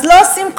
אז לא עושים כלום,